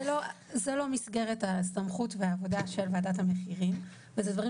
זו לא מסגרת הסמכות והעבודה של וועדת המחירים ואלו דברים